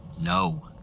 No